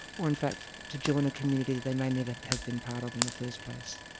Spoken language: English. or in fact to join a community they may never have been part of in the first place.